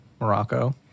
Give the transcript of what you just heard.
Morocco